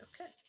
Okay